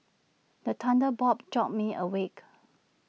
the thunder bob jolt me awake